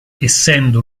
essendo